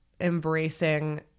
embracing